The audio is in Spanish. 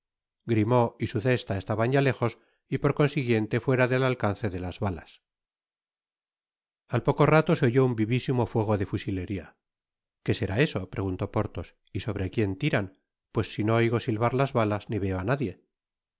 grimaud y su cesta estaban ya lejos y por consiguiente fuera del alcance de las balas a poco rato se oyó un vivísimo fuego de fusilería qué será eso preguntó porthos y sobre quién tiran pues si no oigo silvar las balas ni veo á nadie